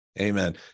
Amen